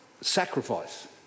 sacrifice